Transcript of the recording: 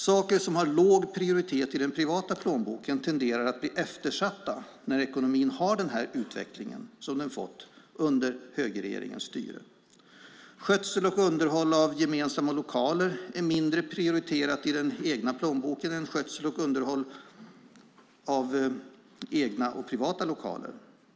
Saker som har låg prioritet i den privata plånboken tenderar att bli eftersatta när ekonomin har den utveckling som den fått under högerregeringens styre. Skötsel och underhåll av gemensamma lokaler är mindre prioriterade i den egna plånboken än skötsel och underhåll av egna och privata lokaler.